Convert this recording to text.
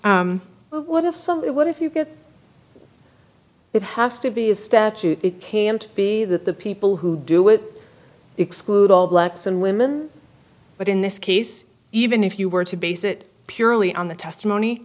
case what if so what if you get it has to be a statute it can't be that the people who do it exclude all blacks and women but in this case even if you were to base it purely on the testimony